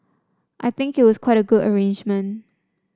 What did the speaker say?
I think it was quite a good arrangement